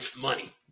Money